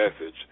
message